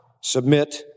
submit